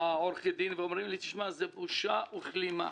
ואמרו לי: זה בושה וכלימה.